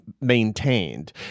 maintained